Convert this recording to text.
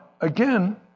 again